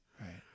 right